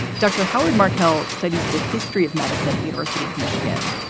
dr. howard markel studies the history of medicine at university of michigan.